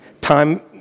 time